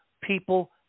people